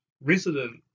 resident